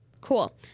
Cool